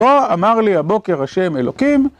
פה אמר לי הבוקר השם אלוקים